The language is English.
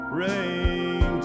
rain